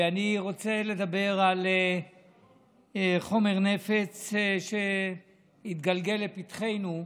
ואני רוצה לדבר על חומר נפץ שהתגלגל לפתחנו,